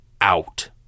out